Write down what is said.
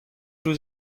روز